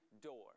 door